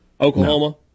Oklahoma